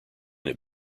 have